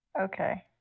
Okay